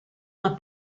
una